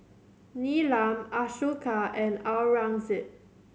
Neelam Ashoka and Aurangzeb